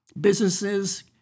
Businesses